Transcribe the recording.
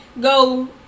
go